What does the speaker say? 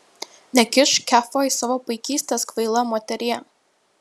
nekišk kefo į savo paikystes kvaila moterie